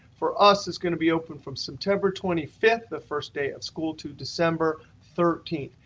for us, is going to be open from september twenty fifth, the first day of school, to december thirteenth.